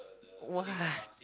what